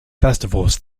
festivals